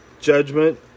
judgment